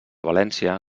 valència